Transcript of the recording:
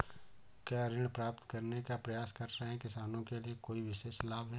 क्या ऋण प्राप्त करने का प्रयास कर रहे किसानों के लिए कोई विशेष लाभ हैं?